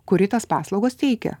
kuri tas paslaugas teikia